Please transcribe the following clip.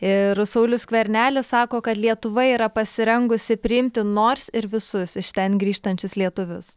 ir saulius skvernelis sako kad lietuva yra pasirengusi priimti nors ir visus iš ten grįžtančius lietuvius